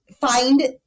find